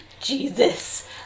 Jesus